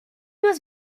was